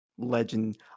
legend